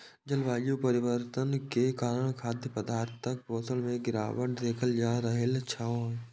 जलवायु परिवर्तन के कारण खाद्य पदार्थक पोषण मे गिरावट देखल जा रहल छै